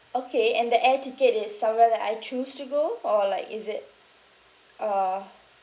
okay and the air ticket is somewhere that I choose to go or like is it uh